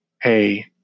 hey –